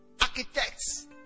Architects